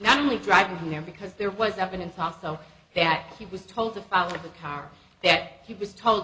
not only driving him there because there was evidence faso that he was told the power of the car that he was told